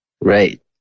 Right